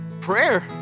prayer